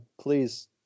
please